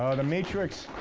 the matrix,